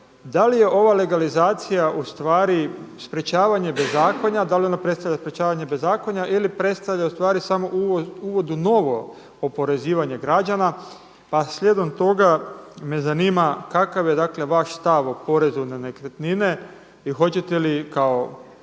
da li je ova legalizacija ustvari sprječavanje bezakonja, da li ona predstavlja sprječavanje bezakonja ili predstavlja ustvari uvod u novo oporezivanje građana pa slijedom toga me zanima kakav je dakle vaš stav o porezu na nekretnine i hoćete li kao